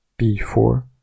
b4